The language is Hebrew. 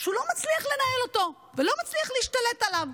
שהוא לא מצליח לנהל אותו ולא מצליח להשתלט עליו.